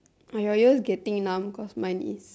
are your ears getting numb cause mine is